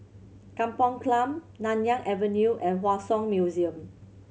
Kampong Glam Nanyang Avenue and Hua Song Museum